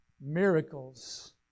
Miracles